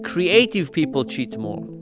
creative people cheat more.